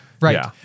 right